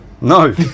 No